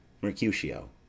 Mercutio